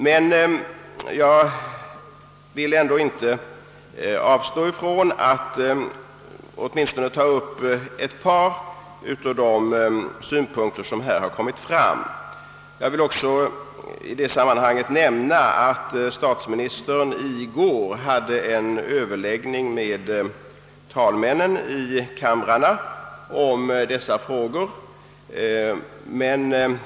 Jag vill emellertid inte avstå från att ta upp åtminstone ett par av de synpunkter som här har berörts. I detta sammanhang vill jag nämna att statsministern i går hade en överläggning med talmännen i kamrarna om dessa frågor.